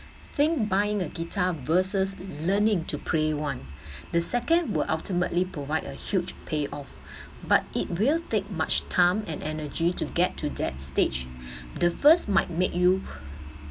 think buying a guitar versus learning to play one the second will ultimately provide a huge pay off but it will take much time and energy to get to that stage the first might make you